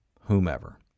whomever